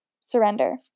surrender